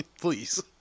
Please